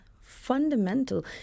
fundamental